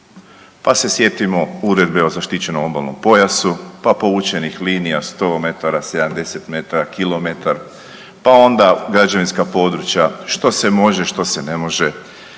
Pa se sjetimo Uredbe o zaštićenom obalnom pojasu, pa povučenih linija 100 metara, 70 metara, kilometar, pa onda građevinska područja što se može što se ne može,